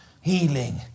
Healing